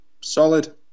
solid